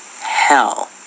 hell